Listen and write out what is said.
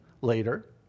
later